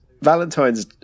Valentine's